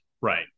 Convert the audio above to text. Right